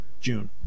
June